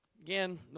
Again